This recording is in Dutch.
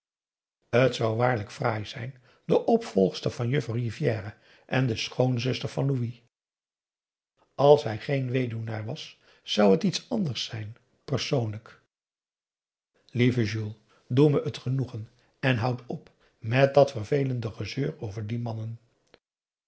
t zou waarlijk fraai zijn de opvolgster van juffrouw rivière en de schoonzuster van louis als hij geen weduwnaar was zou het iets anders zijn persoonlijk lieve juul doe me het genoegen en houd op met dat vervelende gezeur over die mannen